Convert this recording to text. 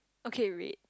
okay red